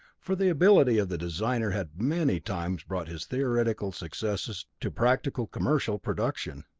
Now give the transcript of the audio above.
for the ability of the designer had many times brought his theoretical successes to practical commercial production.